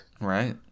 Right